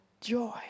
joy